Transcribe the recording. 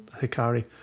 hikari